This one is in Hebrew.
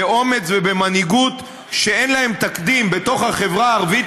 באומץ ובמנהיגות שאין להם תקדים בחברה הערבית,